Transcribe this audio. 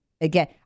again